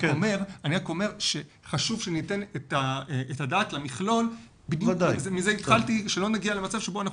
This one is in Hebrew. אני רק אומר שחשוב שניתן את הדעת למכלול ושלא נגיע למצב בו אנחנו